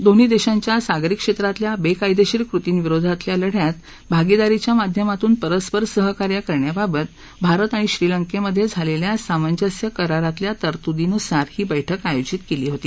दोन्ही देशांच्या सागरी क्षेत्रातल्या बेकायदेशीर कृतींविरोधातल्या लढ्यात भागिदारीच्या माध्यमातून परस्पर सहकार्य करण्याबाबत भारत आणि श्रीलंकेमध्ये झालेल्या सामंजस्य करारातल्या तरतुदीनुसार ही बैठक आयोजित केली होती